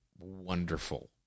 wonderful